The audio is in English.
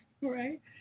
right